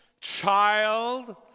child